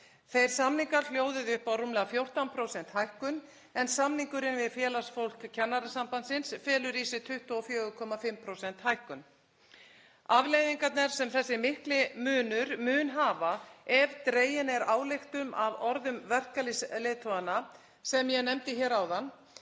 Þeir samningar hljóðuðu upp á rúmlega 14% hækkun en samningurinn við félagsfólk Kennarasambandsins felur í sér 24,5% hækkun. Afleiðingarnar sem þessi mikli munur mun hafa, ef dregin er ályktun af orðum verkalýðsleiðtoganna sem ég nefndi hér áðan,